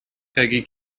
peggy